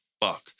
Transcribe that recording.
Fuck